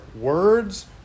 words